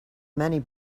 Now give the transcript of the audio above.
many